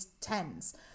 tens